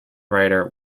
writer